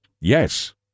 yes